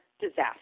disaster